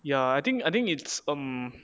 ya I think I think it's um